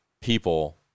people